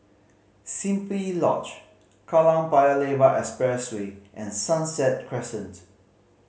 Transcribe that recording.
Simply Lodge Kallang Paya Lebar Expressway and Sunset Crescent